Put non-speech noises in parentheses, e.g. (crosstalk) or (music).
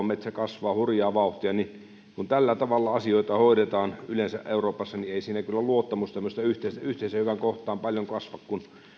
(unintelligible) metsä kasvaa hurjaa vauhtia kun tällä tavalla asioita hoidetaan yleensä euroopassa niin ei siinä kyllä luottamus tämmöistä yhteistä hyvää kohtaan paljon kasva kun